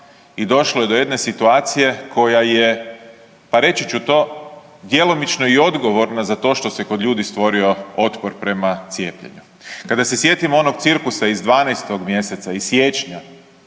i došlo je do jedne situacije koja je, pa reći ću to, djelomično i odgovorna za to što se kod ljudi stvorio otpor prema cijepljenju. Kada se sjetimo onog cirkusa iz 12. mjeseca, iz siječnja,